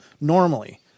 normally